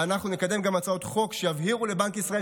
ואנחנו נקדם גם הצעות חוק שיבהירו לבנק ישראל